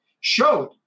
showed